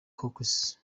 caucus